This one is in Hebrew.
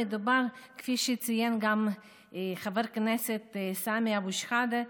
כפי שציין גם חבר הכנסת סמי אבו שחאדה,